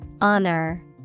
Honor